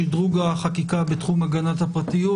שדרוג החקיקה בתחום הגנת הפרטיות.